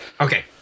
Okay